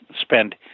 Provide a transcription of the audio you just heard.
spend